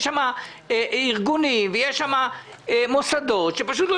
יש שם ארגונים ויש שם מוסדות שפשוט לא